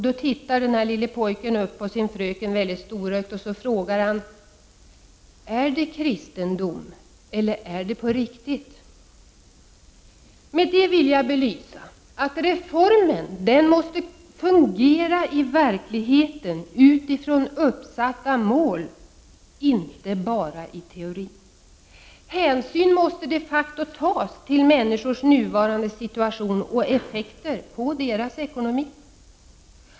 Då tittar den lille pojken storögt upp på sin fröken och frågar: Är det kristendom eller är det på riktigt? Med det vill jag belysa att reformen måste fungera i verkligheten utifrån uppsatta mål, inte bara i teorin. Hänsyn måste de facto tas till människors nuvarande situation och effekter på deras ekonomi.